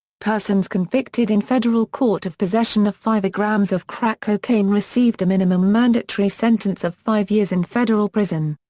persons convicted in federal court of possession of five grams of crack cocaine received a minimum mandatory sentence of five years in federal prison.